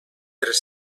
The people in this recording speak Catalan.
tres